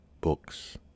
Books